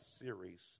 series